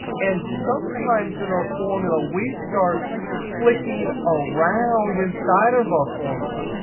and sometimes in our formula, we start clicking around inside of our formula.